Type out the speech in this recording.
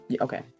okay